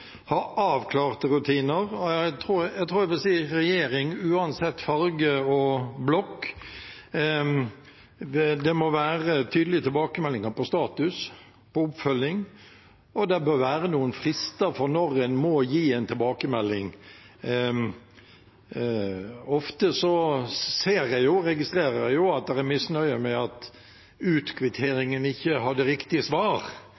Jeg tror jeg vil si at det fra enhver regjering, uansett farge og blokk, må være tydelige tilbakemeldinger på status og på oppfølging, og det bør være noen frister for når en må gi en tilbakemelding. Ofte registrerer jeg at det er misnøye med at utkvitteringen ikke hadde riktig svar.